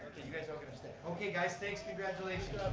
you guys all going to stay. okay guys, thanks, congratulations.